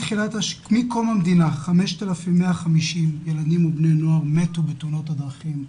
מקום המדינה 5,150 ילדים ובני נוער מתו מתאונות דרכים,